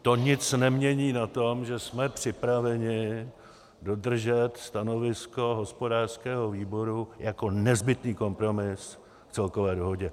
To nic nemění na tom, že jsme připraveni dodržet stanovisko hospodářského výboru jako nezbytný kompromis k celkové dohodě.